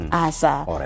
asa